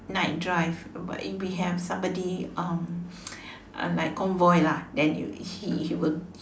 night drive but we have um somebody uh like convoy lah then you he he will